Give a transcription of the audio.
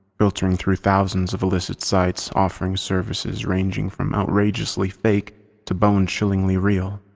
filtering through thousands of illicit sites offering services ranging from outrageously fake to bone chillingly real.